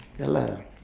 ya lah